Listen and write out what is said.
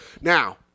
now